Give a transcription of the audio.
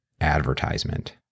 advertisement